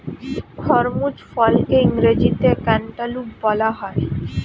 খরমুজ ফলকে ইংরেজিতে ক্যান্টালুপ বলা হয়